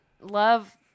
love